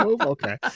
Okay